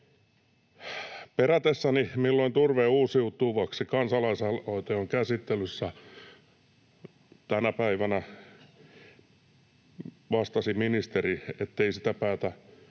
päivänä, milloin Turve uusiutuvaksi ‑kansalaisaloite on käsittelyssä, vastasi ministeri, ettei sitä päätä